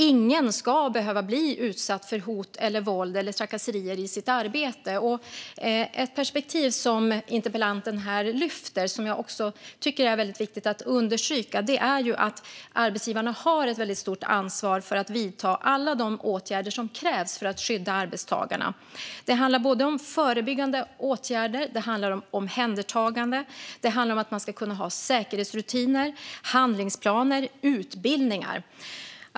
Ingen ska behöva bli utsatt för hot, våld eller trakasserier i sitt arbete. Ett perspektiv som interpellanten lyfter fram och som jag tycker är viktigt att understryka är att arbetsgivarna har ett stort ansvar för att vidta alla de åtgärder som krävs för att skydda arbetstagarna. Det handlar om förebyggande åtgärder. Det handlar om omhändertagande. Det handlar om säkerhetsrutiner, handlingsplaner och utbildningar.